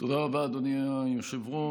תודה רבה, אדוני היושב-ראש.